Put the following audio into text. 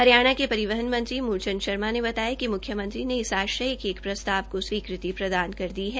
हरियाणा के परिवहन मंत्री मुल चंद शर्मा ने बताया कि मुख्यमंत्री ने इस आश्य के एक प्रस्ताव को स्वीकृत प्रदान कर दी है